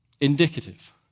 Indicative